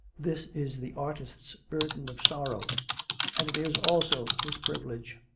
this is the artist's burden of sorrow and it is also his privilege.